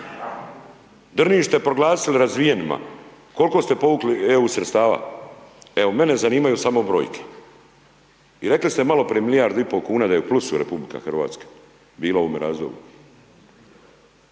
Drniš ste proglasili razvijenima, kol'ko ste povukli EU sredstava? Evo mene zanimaju samo brojke, i rekli ste maloprije milijardu i pol kuna da je u plusu Republika Hrvatska, bila u .../Govornik